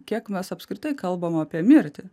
kiek mes apskritai kalbam apie mirtį